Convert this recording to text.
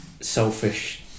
selfish